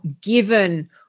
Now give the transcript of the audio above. given